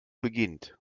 beginnt